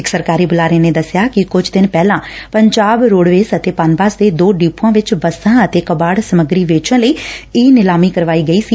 ਇਕ ਸਰਕਾਰੀ ਬੁਲਾਰੇ ਨੇ ਦੱਸਿਆ ਕਿ ਕੁਝ ਦਿਨ ਪਹਿਲਾਂ ਪੰਜਾਬ ਰੋਡਵੇਜ਼ ਅਤੇ ਪਨਬੱਸ ਦੇ ਦੋ ਡਿਪੁਆਂ ਵਿਚ ਬੱਸਾਂ ਅਤੇ ਕਬਾੜ ਸਮੱਗਰੀ ਵੇਚਣ ਲਈ ਈ ਨਿਲਾਮੀ ਕਰਵਾਈ ਗਈ ਸੀ